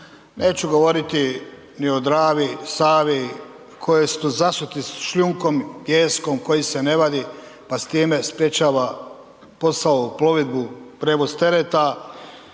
neću govoriti ni o Dravi, Savi, koje su zasute šljunkom, pijeskom koji se ne vadi, pa s time sprječava posao, plovidbu, prevoz tereta,